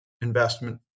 investment